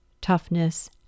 toughness